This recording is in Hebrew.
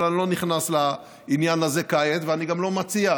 אבל אני לא נכנס לעניין הזה כעת ואני גם לא מציע.